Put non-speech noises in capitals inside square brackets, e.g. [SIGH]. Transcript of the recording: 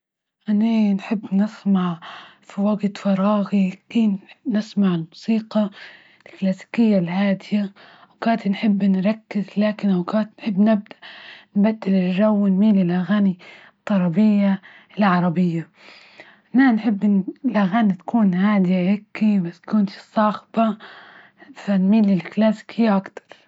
أني نحب نسمع في وقت فراغي [UNINTELLIGIBLE] نسمع موسيقى الكلاسيكية الهادية، وأوقات نحب نركز، لكن أوقات نحب نبد-نبدل الجو ونميل الأغاني الطربية العربية إحنا نحب تكون هادية هكي متكنش صاخبة، فنميل للكلاسيكية أكتر.